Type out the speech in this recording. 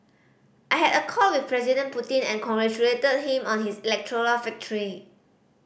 I had a call with President Putin and congratulated him on his electoral victory